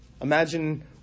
Imagine